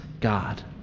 God